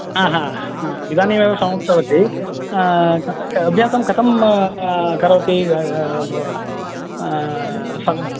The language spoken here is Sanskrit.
हा हा इदानीमेव समाप्तवती अभ्यासं कथं करोति सा